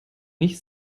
nicht